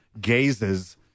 gazes